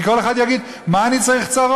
כי כל אחד יגיד: מה אני צריך צרות?